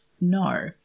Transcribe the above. No